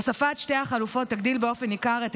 הוספת שתי החלופות תגדיל באופן ניכר את